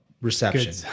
reception